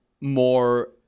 more